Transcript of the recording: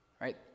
right